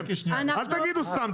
אל תגידו סתם,